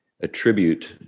attribute